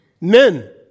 Men